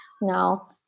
No